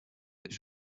its